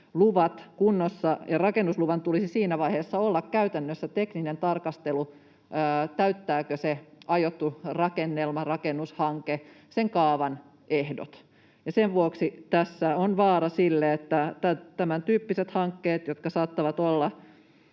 luvat kunnossa, rakennusluvan tulisi olla käytännössä tekninen tarkastelu siitä, täyttääkö se aiottu rakennelma, rakennushanke sen kaavan ehdot. Sen vuoksi tässä on vaara sille, että tämäntyyppiset hankkeet, jotka saattavat olla